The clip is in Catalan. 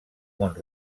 mont